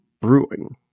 brewing